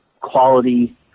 quality